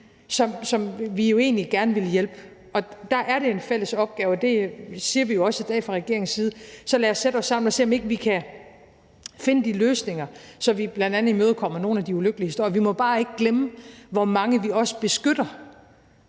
som vi jo egentlig gerne ville hjælpe, og der er det en fælles opgave, og det siger vi jo også i dag fra regeringens side. Så lad os sætte os sammen og se, om ikke vi kan finde de løsninger, så vi bl.a. imødekommer nogle af de ulykkelige historier. Vi må bare ikke glemme, hvor mange vi også beskytter,